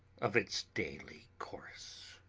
of its daily course.